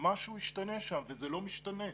שמשהו ישתנה שם וזה לא משתנה.